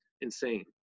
insane